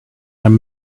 and